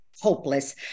hopeless